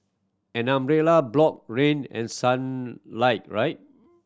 an umbrella block rain and sun light right